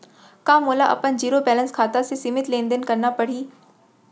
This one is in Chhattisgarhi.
का मोला अपन जीरो बैलेंस खाता से सीमित लेनदेन करना पड़हि?